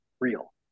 real